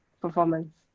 performance